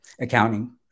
accounting